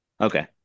Okay